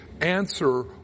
answer